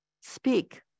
speak